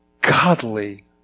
godly